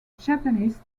japanese